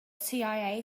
cia